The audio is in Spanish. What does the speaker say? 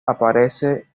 aparece